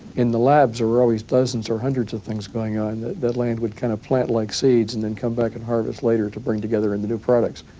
in the labs there were always dozens or hundreds of things going on that land would kind of plant like seeds and then come back and harvest later to bring together in the new products.